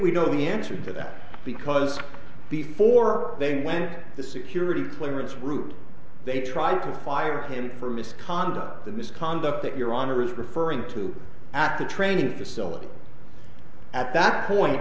we know the answer to that because before they went the security clearance route they tried to quiet him for misconduct the misconduct that your honor is referring to at the training facility at that point